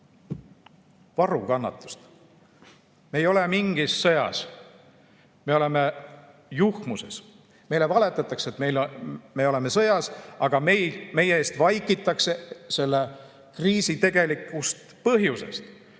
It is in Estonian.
Varu kannatust! Me ei ole mingis sõjas. Me oleme juhmuses, meile valetatakse, et me oleme sõjas, aga meie eest vaikitakse selle kriisi tegelikust põhjusest.